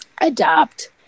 adopt